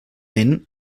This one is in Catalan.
vent